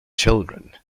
children